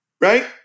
Right